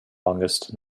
longest